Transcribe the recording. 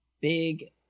big